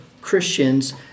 Christians